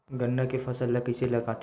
गन्ना के फसल ल कइसे लगाथे?